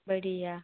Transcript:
सही आहे